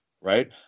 right